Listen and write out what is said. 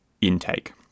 intake